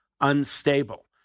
unstable